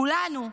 כולנו,